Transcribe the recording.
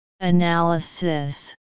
analysis